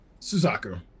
Suzaku